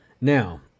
now